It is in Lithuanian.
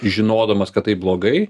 žinodamas kad tai blogai